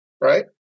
right